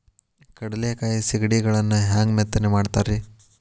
ಕಡಲೆಕಾಯಿ ಸಿಗಡಿಗಳನ್ನು ಹ್ಯಾಂಗ ಮೆತ್ತನೆ ಮಾಡ್ತಾರ ರೇ?